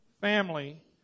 family